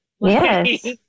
Yes